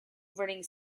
running